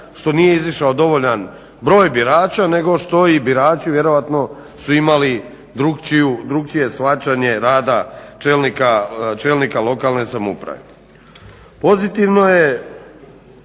što nije izišao dovoljan broj birača nego što i birači vjerojatno su imali drukčije shvaćanje rada čelnika lokalne samouprave. Pozitivno je